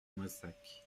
moissac